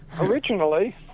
Originally